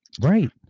right